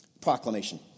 proclamation